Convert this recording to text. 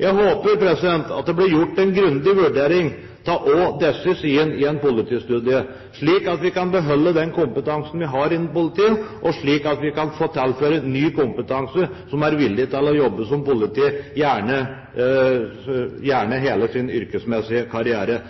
Jeg håper at det blir gjort en grundig vurdering av også disse sidene i en politistudie, slik at vi kan beholde den kompetansen vi har innen politiet, og slik at vi kan få tilført ny kompetanse av personer som er villige til å jobbe som politi, gjerne hele sin yrkesmessige karriere.